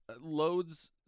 loads